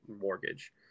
mortgage